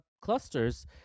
clusters